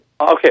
Okay